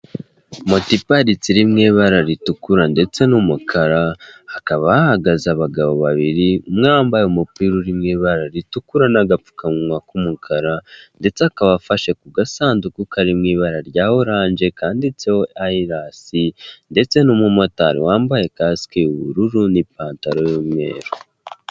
Moto iparitse iri mu ibara ritukura ndetse n'umukara, hakaba hahagaze abagabo babiri: umwe wambaye umupira uri mu ibara ritukura n'agapfukanwa k'umukara ndetse akaba afashe ku gasanduku kari mu ibara rya oranje kanditseho ayirasi ndetse n'umumotari wambaye kasike y'ubururu n'ipantaro y'umweru.